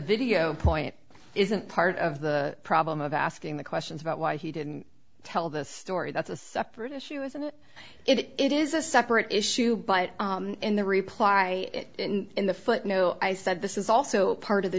video point isn't part of the problem of asking the questions about why he didn't tell the story that's a separate issue isn't it it is a separate issue but in the reply in the foot no i said this is also part of the